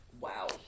Wow